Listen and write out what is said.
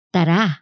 Tara